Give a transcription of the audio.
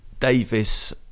Davis